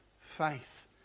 faith